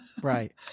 Right